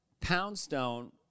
Poundstone